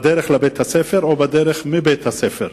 בדרך לבית-הספר או בדרך מבית-הספר,